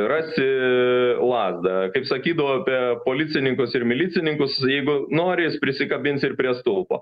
rasi lazdą kaip sakydavo apie policininkus ir milicininkus jeigu nori jis prisikabins ir prie stulpo